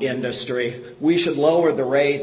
industry we should lower the rates